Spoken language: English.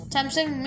Samsung